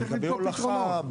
לגבי הולכה,